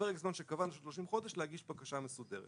ובפרק הזמן שקבענו של 30 חודשים להגיש בקשה מסודרת.